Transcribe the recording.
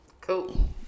cool